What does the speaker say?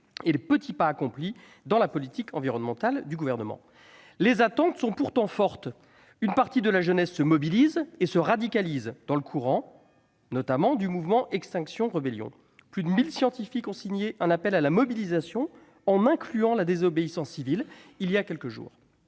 et les petits pas accomplis grâce à la politique environnementale du Gouvernement. Les attentes sont pourtant fortes. Une partie de la jeunesse se mobilise et se radicalise, dans le courant, notamment, du mouvement Extinction Rebellion. Voilà quelques jours, plus de 1 000 scientifiques ont signé un appel à la mobilisation, en incluant la désobéissance civile. D'autres